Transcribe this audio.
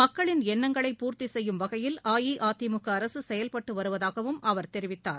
மக்களின் எண்ணங்களை பூர்த்திசெய்யும் வகையில் அஇஅதிமுகஅரசுசெயல்பட்டுவருவதாகவும் அவர் தெரிவித்தார்